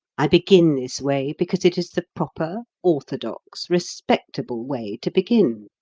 i begin this way because it is the proper, orthodox, respectable way to begin,